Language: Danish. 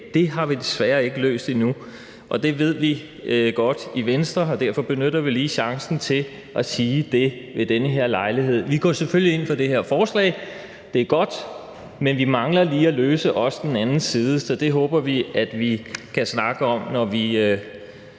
Det har vi desværre ikke løst endnu, og det ved vi godt i Venstre, og derfor benytter vi lige chancen for at sige det ved den her lejlighed. Vi går selvfølgelig ind for det her lovforslag. Det er godt, men vi mangler lige at løse den anden side også, så det håber vi vi kan snakke om, når vi